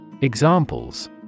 Examples